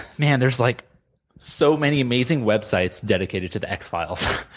man, there's like so many amazing websites dedicated to the x-files,